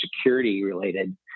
security-related